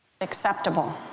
acceptable